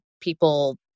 people